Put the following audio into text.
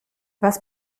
was